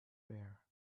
rare